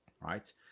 right